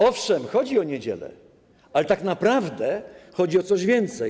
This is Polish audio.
Owszem, chodzi o niedziele, ale tak naprawdę chodzi o coś więcej.